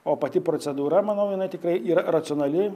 o pati procedūra manau jinai tikrai yra racionali